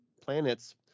planets